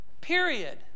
Period